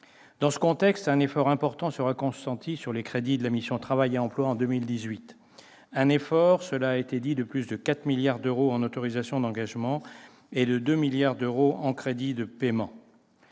Dans ce contexte, un effort important sera consenti sur les crédits de la mission « Travail et emploi » en 2018. Un effort, cela a été dit, de plus de 4 milliards d'euros en autorisations d'engagement et de 2 milliards d'euros en crédits de paiement.